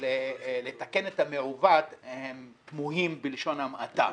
לתקן את המעוות הם תמוהים בלשון המעטה,